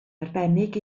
arbennig